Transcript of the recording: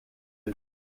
dich